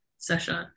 session